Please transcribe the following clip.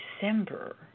December